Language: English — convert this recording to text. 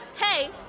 hey